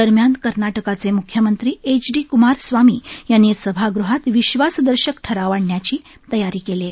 दरम्यान कर्नाटकाचे मुख्यमंत्री एच डी कुमार स्वामी यांनी सभागृहात विश्वासदर्शक ठराव आणण्याची तयारी केली आहे